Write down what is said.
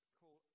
call